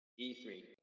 E3